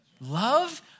Love